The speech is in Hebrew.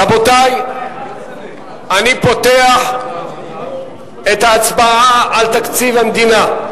רבותי, אני פותח את ההצבעה על תקציב המדינה.